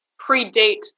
predate